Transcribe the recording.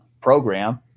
program